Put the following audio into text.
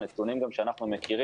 גם לפי נתונים שאנחנו מכירים,